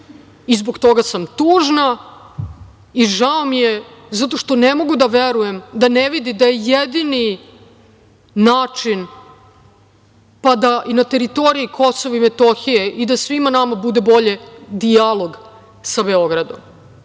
i zbog toga sam tužna, i žao mi je, zato što ne mogu da verujem da ne vidi da je jedini način, pa da, i na teritoriji KiM i da svima nama bude bolje, dijalog sa Beogradom. Ali,